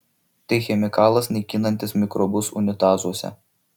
tai chemikalas naikinantis mikrobus unitazuose